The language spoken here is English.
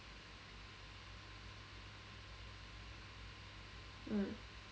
mm